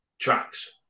tracks